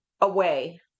away